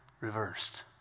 reversed